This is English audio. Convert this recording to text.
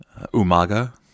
Umaga